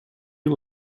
you